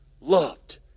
loved